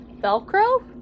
Velcro